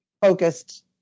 focused